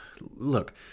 Look